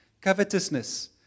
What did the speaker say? covetousness